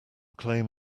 claim